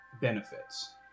benefits